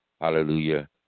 hallelujah